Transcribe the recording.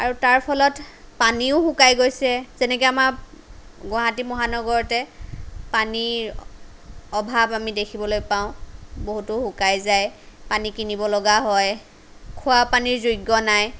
আৰু তাৰ ফলত পানীও শুকাই গৈছে যেনেকে আমাৰ গুৱাহাটী মহানগৰতে পানীৰ অভাৱ আমি দেখিবলৈ পাওঁ বহুতো শুকাই যায় পানী কিনিবলগা হয় খোৱা পানীৰ যোগ্য নাই